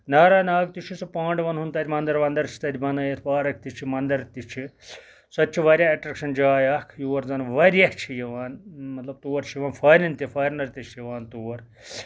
ناراناگ تہٕ چھُ سُہ پانٛڈوَن ہُنٛد تَتہٕ مَندَر وَندَر چھِ تَتہِ بَنٲیِتھ پارَک تہِ چھِ مَندَر تہِ چھِ سۄ تہِ چھِ واریاہ اَٹریکشَن جاے اَکھ یور زَن واریاہ چھِ یِوان مَطلَب اور چھِ یِوان فارین تہِ فارینَر تہِ چھِ یِوان تور